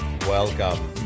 welcome